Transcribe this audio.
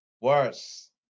Worse